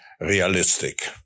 realistic